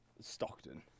Stockton